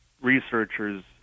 researchers